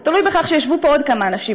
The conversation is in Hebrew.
זה תלוי בכך שישבו פה עוד כמה אנשים,